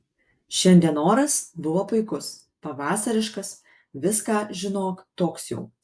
šiandien oras buvo puikus pavasariškas viską žinok toks jau